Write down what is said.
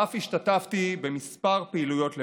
ואף השתתפתי בכמה פעילויות למענו.